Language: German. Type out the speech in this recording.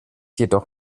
jedoch